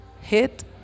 hit